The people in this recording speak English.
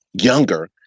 younger